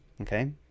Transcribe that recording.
Okay